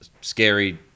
scary